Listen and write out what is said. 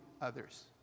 others